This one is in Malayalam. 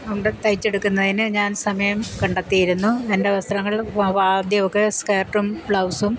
ഉണ്ട് തയ്ച്ചെടുക്കുന്നതിന് ഞാൻ സമയം കണ്ടെത്തിയിരുന്നു എൻ്റെ വസ്ത്രങ്ങൾ ആദ്യം ഒക്കെ സ്കേർട്ടും ബ്ലൗസും